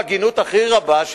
בהגינות הכי רבה,